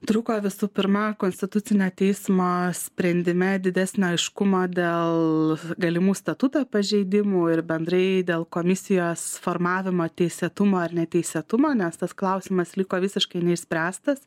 trūko visų pirma konstitucinio teismo sprendime didesnio aiškumo dėl galimų statuto pažeidimų ir bendrai dėl komisijos formavimo teisėtumo ar neteisėtumo nes tas klausimas liko visiškai neišspręstas